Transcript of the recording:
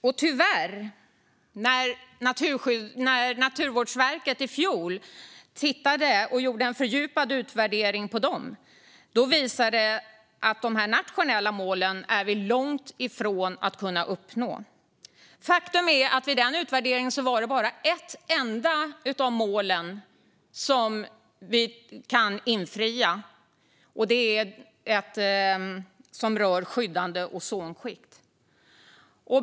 När Naturvårdsverket i fjol gjorde en fördjupad utvärdering av dem visade det sig att vi är långt ifrån att kunna uppnå de nationella målen. Faktum är att det enligt denna utvärdering bara är ett enda av målen som vi kan infria; det målet rör skyddande ozonskikt.